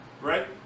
Right